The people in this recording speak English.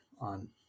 on